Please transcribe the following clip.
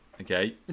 okay